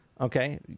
okay